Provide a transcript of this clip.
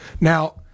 Now